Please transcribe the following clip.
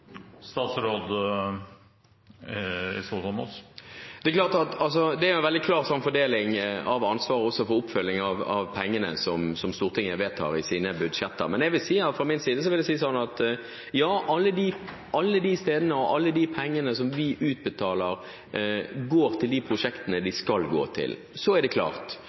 Det er en veldig klar fordeling av ansvar, også for oppfølging av pengene som Stortinget vedtar i sine budsjetter, men fra min side vil jeg si at, ja, alle de pengene som vi utbetaler, går til de prosjektene de skal gå til. Representanten Myhre reiser et interessant spørsmål av – vil jeg si – nesten filosofisk karakter. Det er klart